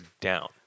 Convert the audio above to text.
down